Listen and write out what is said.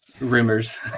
rumors